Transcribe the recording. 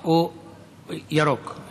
ירוק?